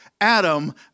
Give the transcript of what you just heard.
Adam